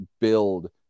build